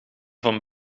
van